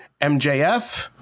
MJF